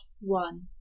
one